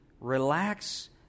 relax